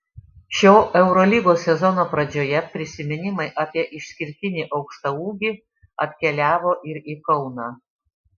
šio eurolygos sezono pradžioje prisiminimai apie išskirtinį aukštaūgį atkeliavo ir į kauną